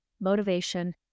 motivation